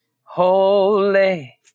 Holy